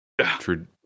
true